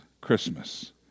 Christmas